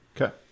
Okay